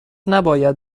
نباید